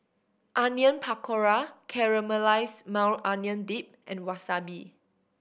Onion Pakora Caramelized Maui Onion Dip and Wasabi